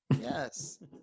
Yes